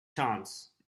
chance